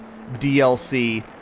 DLC